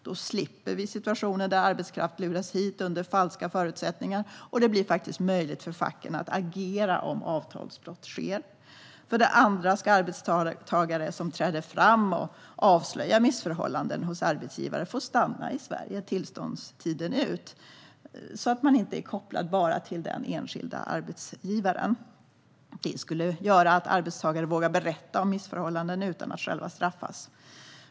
Då slipper vi situationer där arbetskraft luras hit under falska förespeglingar, och det blir möjligt för facken att agera om avtalsbrott sker. För det andra ska arbetstagare som träder fram och avslöjar missförhållanden hos arbetsgivaren få stanna i Sverige tillståndstiden ut så att man inte är kopplad bara till den enskilda arbetsgivaren. Detta skulle göra att arbetstagare vågar berätta om missförhållanden utan att själva straffas.